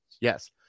Yes